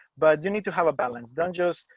but you need to have a balance. don't just.